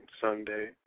Sunday